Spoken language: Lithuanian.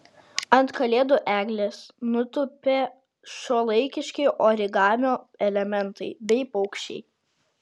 ant kalėdų eglės nutūpė šiuolaikiški origamio elementai bei paukščiai